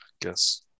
guess